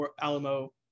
Alamo